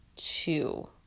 Two